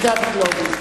the capital of Israel.